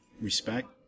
respect